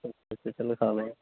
ਅੱਛਾ ਚਲੋ